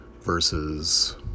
versus